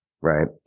right